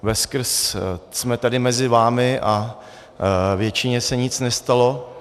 Veskrze jsme tady mezi vámi a většině se nic nestalo.